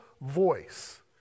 voice